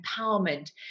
empowerment